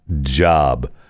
Job